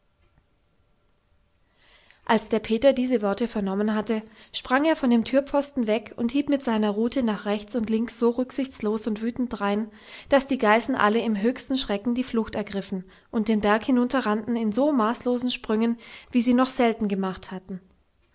als der peter diese worte vernommen hatte sprang er von dem türpfosten weg und hieb mit seiner rute nach rechts und links so rücksichtslos und wütend drein daß die geißen alle im höchsten schrecken die flucht ergriffen und den berg hinunterrannten in so maßlosen sprüngen wie sie noch selten gemacht hatten